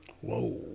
Whoa